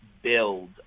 build